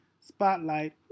Spotlight